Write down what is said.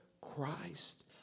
Christ